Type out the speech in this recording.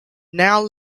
now